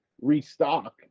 restock